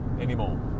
anymore